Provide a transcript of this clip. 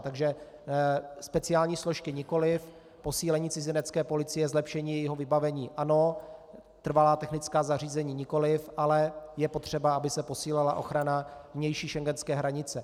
Takže speciální složky nikoliv, posílení Cizinecké policie, zlepšení jejího vybavení ano, trvalá technická zařízení nikoliv, ale je potřeba, aby se posílila ochrana vnější schengenské hranice.